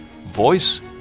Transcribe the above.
voice